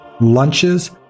lunches